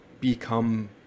become